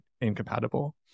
incompatible